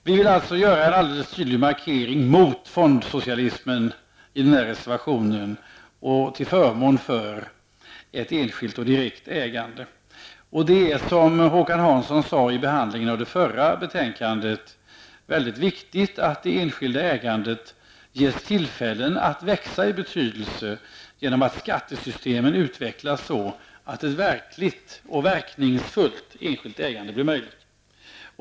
Vi vill alltså göra en tydlig markering mot fondsocialismen till förmån för ett enskilt och direkt ägande. Det är, som Håkan Hansson sade i samband med behandlingen av det förra betänkandet, viktigt att det enskilda ägandet ges tillfälle att växa i betydelse genom att skattesystemen utvecklas så att ett verkligt och verkningsfullt ägande blir möjligt.